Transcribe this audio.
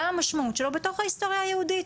המשמעות שלו בתוך ההיסטוריה היהודית.